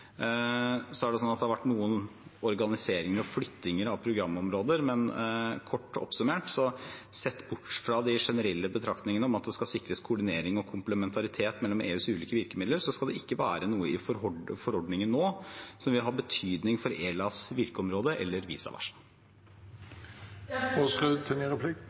Det har vært noe organisering og flyttinger av programområder, men kort oppsummert: Sett bort fra de generelle betraktningene om at det skal sikres koordinering og komplementaritet mellom EUs ulike virkemidler, skal det ikke være noe i forordningen nå som vil ha betydning for ELAs virkeområde eller